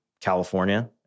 California